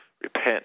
repent